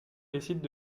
décident